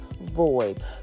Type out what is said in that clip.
void